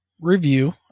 review